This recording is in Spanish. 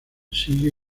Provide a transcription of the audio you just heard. sigue